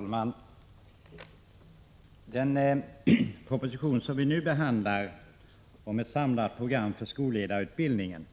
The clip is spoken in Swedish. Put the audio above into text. Herr talman! Den proposition som vi nu behandlar, ett samlat program för skolledarutbildningen,